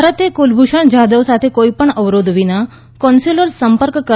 ભારતે કુલભૂષણ જાધવ સાથે કોઈપણ અવરોધ વિના કોન્સ્યુલર સંપર્ક કરવા